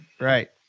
Right